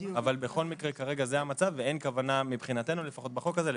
בכל מקרה כרגע זה המצב ואין בכוונתנו בחוק הזה לשנות.